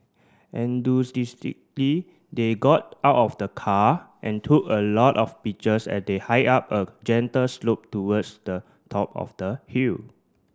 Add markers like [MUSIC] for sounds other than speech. [UNINTELLIGIBLE] they got out of the car and took a lot of pictures as they hiked up a gentle slope towards the top of the hill